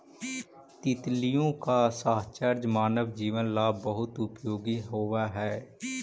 तितलियों का साहचर्य मानव जीवन ला बहुत उपयोगी होवअ हई